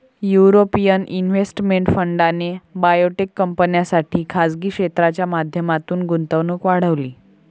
European investment फंडाने biotech कंपन्यांसाठी खासगी क्षेत्राच्या माध्यमातून गुंतवणूक वाढवली